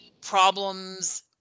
problems